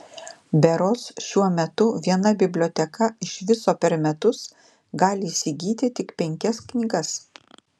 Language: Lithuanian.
berods šiuo metu viena biblioteka iš viso per metus gali įsigyti tik penkias knygas